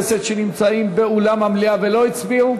שנמצאים באולם המליאה ולא הצביעו?